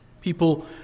People